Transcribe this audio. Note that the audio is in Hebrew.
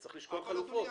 צריך לשקול חלופות.